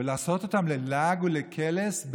ולעשות אותם ללעג ולקלס?